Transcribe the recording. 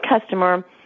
customer